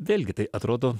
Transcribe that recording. vėlgi tai atrodo